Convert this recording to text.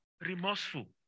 remorseful